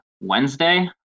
wednesday